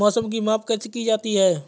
मौसम की माप कैसे की जाती है?